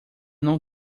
não